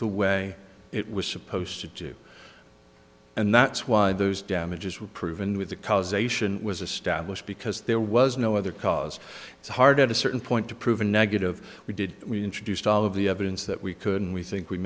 the way it was supposed to do and that's why those damages were proven with the causation was established because there was no other cause it's hard at a certain point to prove a negative we did we introduced all of the evidence that we could and we think we